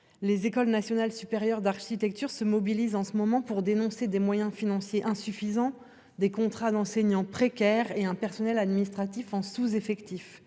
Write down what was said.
les École nationale supérieure d'architecture se mobilisent en ce moment pour dénoncer des moyens financiers insuffisants des contrats d'enseignants précaires et un personnel administratif en sous-effectif